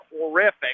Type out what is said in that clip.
horrific